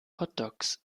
hotdogs